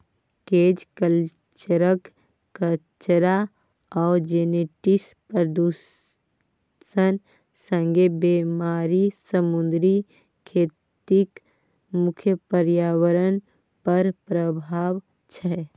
cage कल्चरक कचरा आ जेनेटिक प्रदुषण संगे बेमारी समुद्री खेतीक मुख्य प्रर्याबरण पर प्रभाब छै